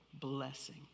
blessing